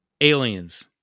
Aliens